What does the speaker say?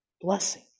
blessing